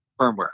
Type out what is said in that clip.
firmware